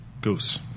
Goose